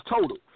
total